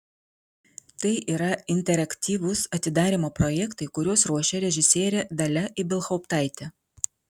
tai yra interaktyvūs atidarymo projektai kuriuos ruošia režisierė dalia ibelhauptaitė